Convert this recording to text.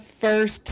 first